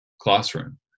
classroom